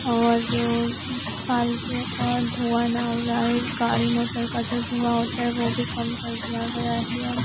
और फालतू का धुंआ ना उड़ाएँ गाड़ी मोटर का जो धुंआ होता है वह भी कम कर दिया गया है अब